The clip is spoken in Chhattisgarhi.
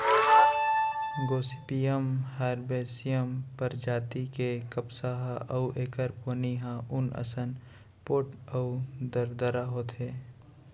गोसिपीयम हरबैसियम परजाति के कपसा ह अउ एखर पोनी ह ऊन असन पोठ अउ दरदरा होथे